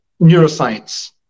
neuroscience